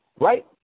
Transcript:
right